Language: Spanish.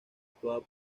actuaba